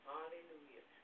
Hallelujah